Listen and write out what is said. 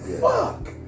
Fuck